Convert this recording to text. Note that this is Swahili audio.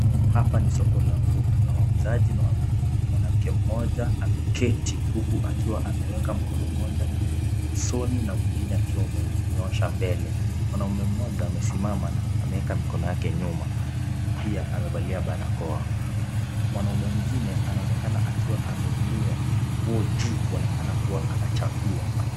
Hapa ni soko la nguo. Kuna wauzaji na wanunuzi. Mwanamke mmoja ameketi huku akiwa ameweka mkono mmoja usoni na mwingine akiwa ameunyoosha mbele. Mwanaume mmoja amesimama na ameeka mikono yake nyuma, pia amevalia barakoa. Mwanaume mwingine anaonekana akiwa ameinua nguo juu kuonekana kuwa anachagua.